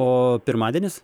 o pirmadienis